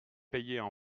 payaient